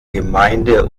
gemeinde